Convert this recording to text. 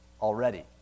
already